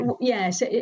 yes